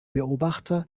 beobachter